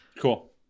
Cool